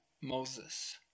Moses